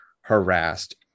harassed